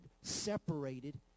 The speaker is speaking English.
separated